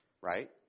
right